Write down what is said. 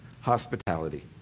hospitality